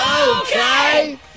Okay